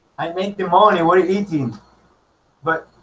i make the money were eating but